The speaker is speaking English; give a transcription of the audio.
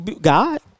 God